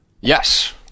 yes